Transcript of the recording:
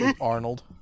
Arnold